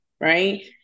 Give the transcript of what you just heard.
right